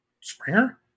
Springer